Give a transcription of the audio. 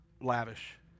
Lavish